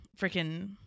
freaking